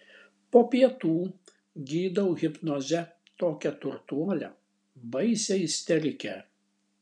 po pietų gydau hipnoze tokią turtuolę baisią isterikę